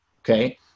okay